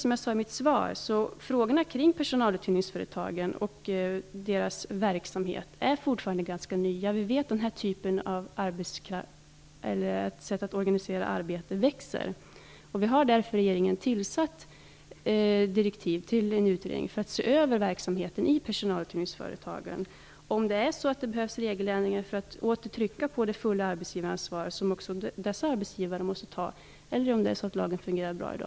Som jag sade i mitt svar är frågorna kring personaluthyrningsföretagen och deras verksamhet ganska nya. Vi vet att detta sätt att organisera arbete växer. Regeringen har därför tillsatt direktiv till en utredning för att man skall se över verksamheten i personaluthyrningsföretagen för att se om det behövs regeländringar för att åter trycka på det fulla arbetsgivaransvaret, som också dessa arbetsgivare måste ta, eller om lagen fungerar bra.